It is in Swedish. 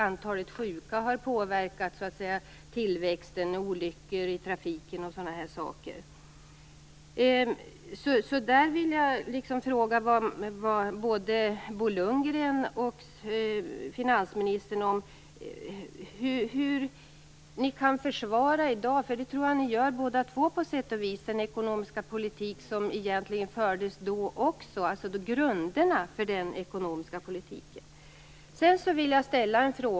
Antalet sjuka har ju också påverkat tillväxten, och även trafikolyckor osv. Jag vill fråga både Bo Lundgren och finansministern: Hur kan ni i dag försvara, för det tror jag ni gör, den ekonomiska politik som egentligen fördes då också, dvs. grunderna för den ekonomiska politiken?